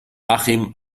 achim